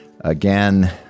again